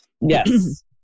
Yes